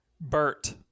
Bert